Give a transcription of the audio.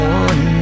one